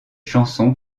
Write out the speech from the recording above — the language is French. chanson